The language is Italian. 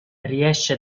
riesce